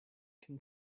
can